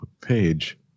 page